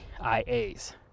ias